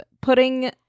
putting